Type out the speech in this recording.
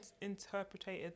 interpreted